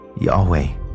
Yahweh